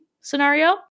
scenario